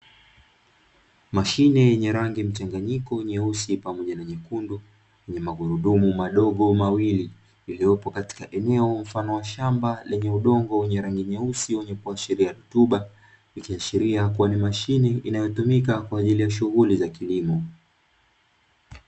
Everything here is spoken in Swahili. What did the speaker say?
Mashine yenye rangi mchanganyiko nyeusi pamoja na nyekundu yenye magurudumu madogo mawili yaliopo katika eneo mfano wa shamba lenye udongo wenye rangi nyeusi wenye kuashiria rutuba, ikiashiria kuwa ni mashine inayotumika kwajili ya shughuli ya kilimo.